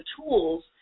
tools